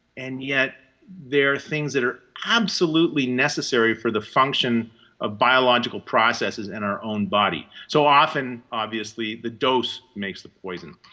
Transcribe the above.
and yet they're things that are absolutely necessary for the function of biological processes in our own body. so often, obviously, the dose makes the poison.